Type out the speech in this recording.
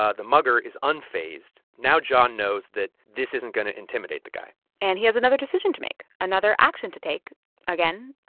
ah the mugger is unfazed. now john knows that this isn't going to intimidate the guy and he has another decision to make, another action to take again,